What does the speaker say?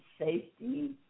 safety